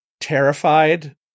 terrified